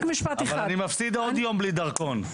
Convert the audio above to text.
אבל אני מפסיד עוד יום בלי דרכון.